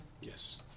Yes